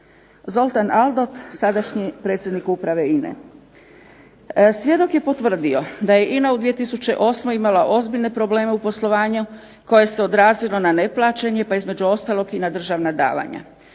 Zoltan Aldott, sadašnji predsjednik Uprave INA-e. Svjedok je potvrdio da je INA u 2008. imala ozbiljne probleme u poslovanju koje se odrazilo na neplaćanje pa između ostalog i na državna davanja.